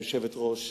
היושבת-ראש.